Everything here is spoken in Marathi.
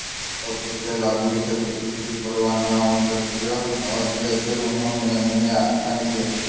अफूच्या लागवडीसाठी कृषी परवाना आवश्यक असल्याचे मोहन यांनी सांगितले